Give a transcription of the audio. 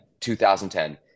2010